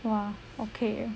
!wah! okay